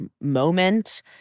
moment